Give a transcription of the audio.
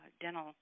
dental